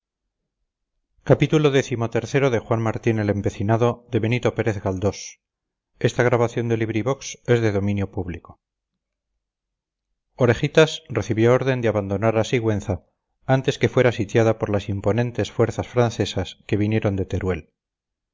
etc etc orejitas recibió orden de abandonar a sigüenza antes que fuera sitiada por las imponentes fuerzas francesas que vinieron de teruel